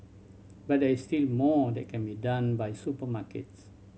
but there is still more that can be done by supermarkets